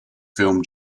film